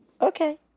Okay